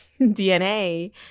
dna